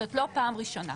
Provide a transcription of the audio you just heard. וזאת לא פעם ראשונה.